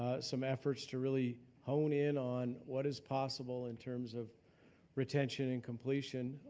ah some efforts to really hone in on what is possible in terms of retention and completion.